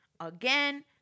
Again